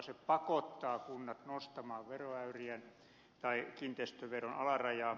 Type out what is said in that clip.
se pakottaa kunnat nostamaan veroäyriään tai kiinteistöveron alarajaa